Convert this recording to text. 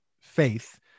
faith